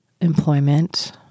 employment